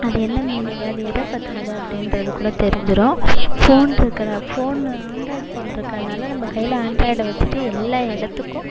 அது என்ன மீனிங்கு அது எதை பற்றினது அப்படின்றது கூட தெரிஞ்சிடும் ஃபோன் இருக்கிற ஃபோன் ஆண்ட்ராய்ட் ஃபோன் இருக்கறதுனால நம்ம கையில் ஆண்ட்ராய்டை வெச்சுட்டு எல்லா இடத்துக்கும்